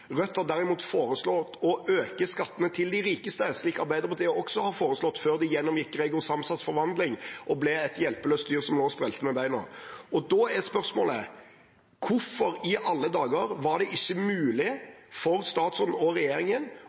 Rødt hatt. Rødt har derimot foreslått å øke skattene til de rikeste, slik Arbeiderpartiet også foreslo før de gjennomgikk Gregor Samsas forvandling og ble et hjelpeløst dyr som lå og sprellet med beina. Da er spørsmålet: Hvorfor i alle dager var det ikke mulig for statsråden og regjeringen